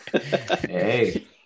Hey